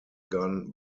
gone